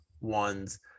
ones